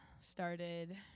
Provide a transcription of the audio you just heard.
started